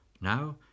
Now